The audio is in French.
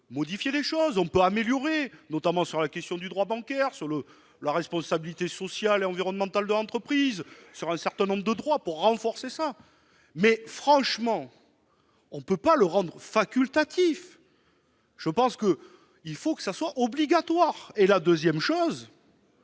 modifier les choses, les améliorer, notamment sur la question du droit bancaire, sur la responsabilité sociale et environnementale de l'entreprise, sur un certain nombre de droits. On peut renforcer ce stage, mais on ne peut pas le rendre facultatif, il faut que ce soit obligatoire. Mon deuxième point